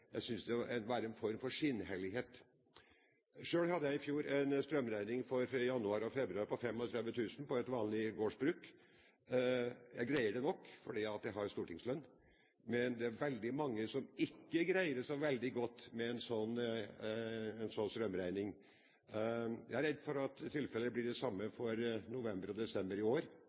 jeg skal bruke på dette, men jeg synes det må være en form for skinnhellighet. Selv hadde jeg i fjor en strømregning for januar og februar på 35 000 kr på et vanlig gårdsbruk. Jeg greier det nok fordi jeg har en stortingslønn, men det er veldig mange som ikke greier en slik strømregning veldig godt. Jeg er redd for at det samme blir tilfellet for november og desember i år.